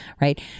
right